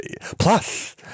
Plus